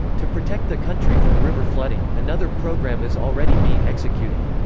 to protect the country from river flooding, another program is already being executed.